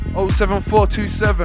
07427